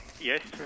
Yes